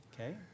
Okay